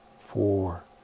four